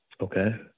okay